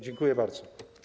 Dziękuję bardzo.